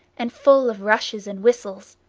and full of rushes and whistles.